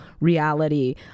reality